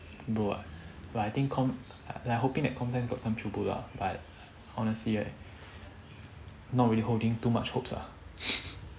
bro but I think comp like I'm hoping that comp science got some chio bu ah but honestly right not really holding too much hopes ah